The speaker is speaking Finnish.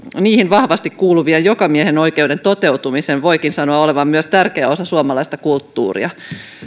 siihen vahvasti kuuluvan jokamiehenoikeuden toteutumisen voikin sanoa olevan myös tärkeä osa suomalaista kulttuuria tämä